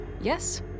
Yes